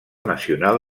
nacional